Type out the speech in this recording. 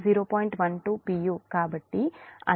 12 p